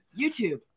YouTube